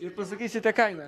ir pasakysite kainą